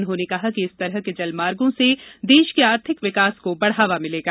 उन्होंने कहा कि इस तरह के जलमार्गों से देश के आर्थिक विकास को बढ़ावा मिलेगा